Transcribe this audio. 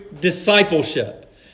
discipleship